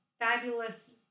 fabulous